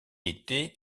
était